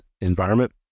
environment